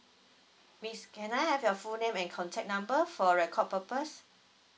miss can I have your full name and contact number for record purpose